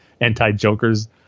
anti-Joker's